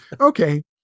Okay